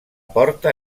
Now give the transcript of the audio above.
porta